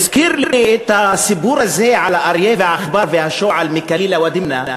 זה הזכיר לי את הסיפור הזה על האריה והעכבר והשועל מ"כלילה ודמנה",